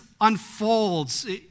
unfolds